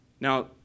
Now